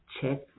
check